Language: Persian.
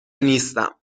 نیستم